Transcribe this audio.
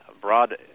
broad